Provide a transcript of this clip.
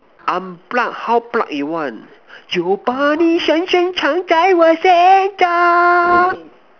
I'm proud how proud you want